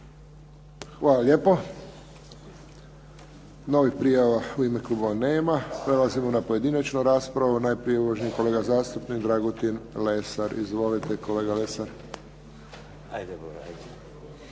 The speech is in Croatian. Hvala lijepo. Novih prijava u ime klubova nema. Prelazimo na pojedinačnu raspravu. Najprije uvaženi kolega zastupnik Dragutin Lesar. Izvolite kolega Lesar. **Lesar,